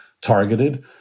targeted